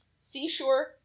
Seashore